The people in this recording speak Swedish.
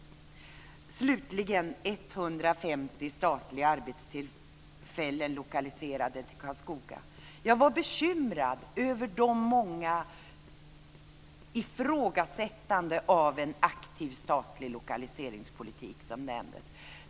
Slutligen vill jag tala om de 150 statliga arbetstillfällen som lokaliseras till Karlskoga. Jag var bekymrad över de många ifrågasättandena av en aktiv statlig lokaliseringspolitik som kom.